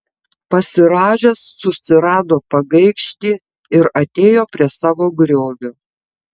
pasirąžęs susirado pagaikštį ir atėjo prie savo griovio